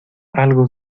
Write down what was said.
algo